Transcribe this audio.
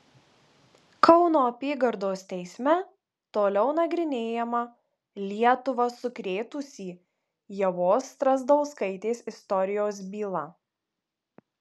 kauno apygardos teisme toliau nagrinėjama lietuvą sukrėtusį ievos strazdauskaitės istorijos byla